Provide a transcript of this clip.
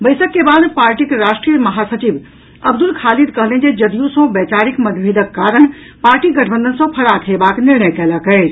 बैसक के बाद पार्टीक राष्ट्रीय महासचिव अब्दुल खालिद कहलनि जे जदयू सँ वैचारिक मतभेदक कारण पार्टी गठबंधन सँ फराक हेबाक निर्णय कयलक अछि